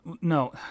No